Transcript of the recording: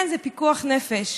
כן, זה פיקוח נפש.